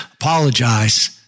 apologize